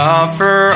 offer